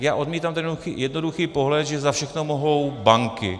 Já odmítám ten jednoduchý pohled, že za všechno mohou banky.